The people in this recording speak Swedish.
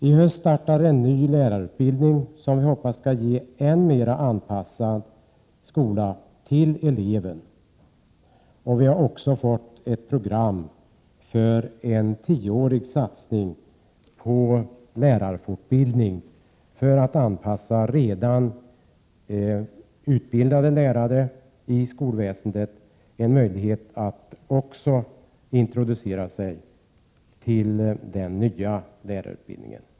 I höst startar en ny lärarutbildning, som vi hoppas skall ge en skola som är än mera anpassad till eleven. Vi har också fått ett program för en tioårig satsning på lärarfortbildning för att redan utbildade lärare i skolväsendet skall få en möjlighet till en introduktion på den nya lärarutbildningens grund.